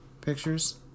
pictures